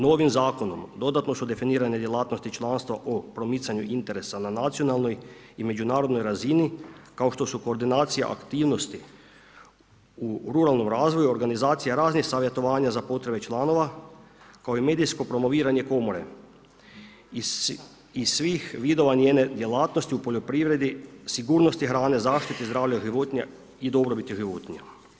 Novim Zakonom dodatno su definirane djelatnosti članstva o promicanju interesa na nacionalnoj i međunarodnoj razini, kao što su koordinacija aktivnosti u ruralnom razvoju, organizacija raznih savjetovanja za potrebe članova, kao i medijsko promoviranje Komore i svih vidova njene djelatnosti u poljoprivredi, sigurnosti hrane, zaštite zdravlja životinja i dobrobiti životinja.